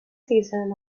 season